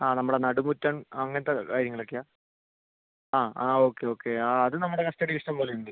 ആ നമ്മുടെ നടുമുറ്റം അങ്ങനത്തെ കാര്യങ്ങളൊക്കെയാണോ ആ ആ ഓക്കെ ഓക്കെ ആ അത് നമ്മുടെ കസ്റ്റഡിയിൽ ഇഷ്ടം പോലെയുണ്ട്